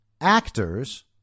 actors